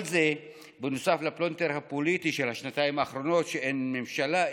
כל זה בנוסף לפלונטר הפוליטי של השנתיים האחרונות שבהן אין ממשלה,